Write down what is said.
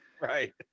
Right